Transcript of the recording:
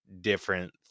different